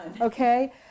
okay